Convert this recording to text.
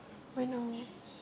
why no